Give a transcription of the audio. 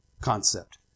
concept